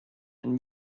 and